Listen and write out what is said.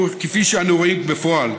כפי שאנו רואים בפועל.